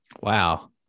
Wow